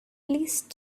please